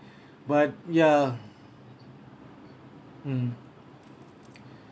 but ya mmhmm